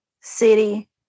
city